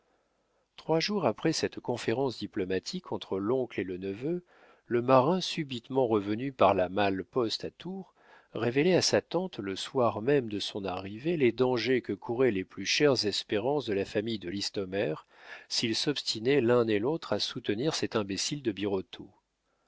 trois jours après cette conférence diplomatique entre l'oncle et le neveu le marin subitement revenu par la malle-poste à tours révélait à sa tante le soir même de son arrivée les dangers que couraient les plus chères espérances de la famille de listomère s'ils s'obstinaient l'un et l'autre à soutenir cet imbécile de birotteau